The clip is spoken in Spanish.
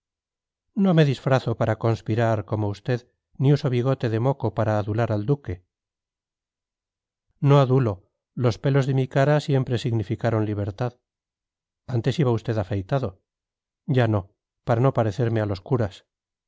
no me disfrazo para conspirar como usted ni uso bigote de moco para adular al duque no adulo los pelos de mi cara siempre significaron libertad antes iba usted afeitado ya no para no parecerme a los curas